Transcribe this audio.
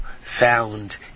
found